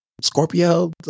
Scorpio